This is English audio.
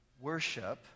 worship